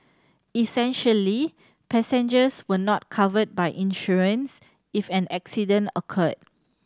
essentially passengers were not covered by insurance if an accident occurred